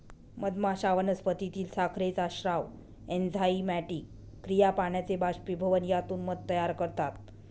मधमाश्या वनस्पतीतील साखरेचा स्राव, एन्झाइमॅटिक क्रिया, पाण्याचे बाष्पीभवन यातून मध तयार करतात